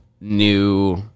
new